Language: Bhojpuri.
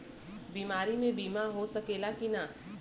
बीमारी मे बीमा हो सकेला कि ना?